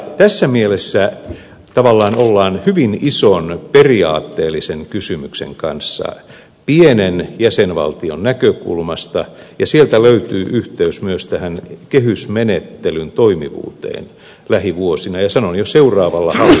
tässä mielessä tavallaan ollaan tekemisissä hyvin ison periaatteellisen kysymyksen kanssa pienen jäsenvaltion näkökulmasta ja sieltä löytyy yhteys myös tähän kehysmenettelyn toimivuuteen lähivuosina ja sanon jo seuraavalla hallituskaudella